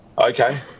Okay